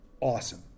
awesome